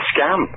scam